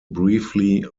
briefly